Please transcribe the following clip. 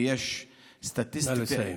ויש סטטיסטיקה,